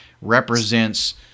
represents